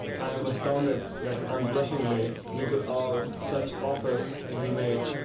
i am astounded that unblushingly you could allow such offers to be made!